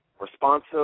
responsive